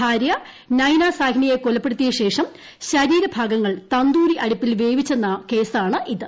ഭാര്യ നൈന സാഹ്നിയെ കൊലപ്പെടുത്തിയ ശേഷം ശരീര ഭാഗങ്ങൾ തന്തൂരി അടുപ്പിൽ വേവിച്ചെന്ന കേസാണ് ഇത്